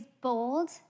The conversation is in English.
bold